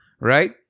Right